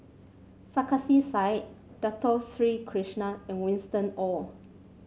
Sarkasi Said Dato Sri Krishna and Winston Oh